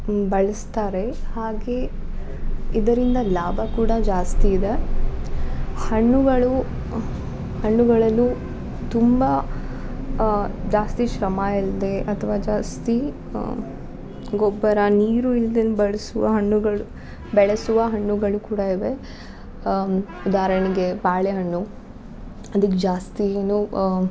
ಬಳಸ್ತಾರೆ ಹಾಗೆ ಇದರಿಂದ ಲಾಭ ಕೂಡ ಜಾಸ್ತಿ ಇದೆ ಹಣ್ಣುಗಳು ಹಣ್ಣುಗಳಲ್ಲು ತುಂಬ ಜಾಸ್ತಿ ಶ್ರಮ ಇಲ್ದೆ ಅಥ್ವಾ ಜಾಸ್ತಿ ಗೊಬ್ಬರ ನೀರು ಇಲ್ದೆ ಬಳ್ಸುವ ಹಣ್ಣುಗಳು ಬೆಳೆಸುವ ಹಣ್ಣುಗಳು ಕೂಡ ಇವೆ ಉದಾಹರಣ್ಗೆ ಬಾಳೆಹಣ್ಣು ಅದಕ್ಕೆ ಜಾಸ್ತಿ ಏನು